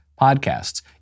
Podcasts